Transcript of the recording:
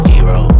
Hero